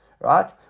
right